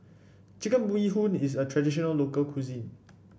Chicken Bee Hoon is a traditional local cuisine